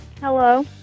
Hello